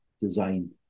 design